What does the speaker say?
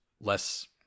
less